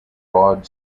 broad